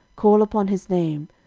call upon his name,